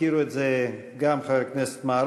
חברי הכנסת,